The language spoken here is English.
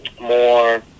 more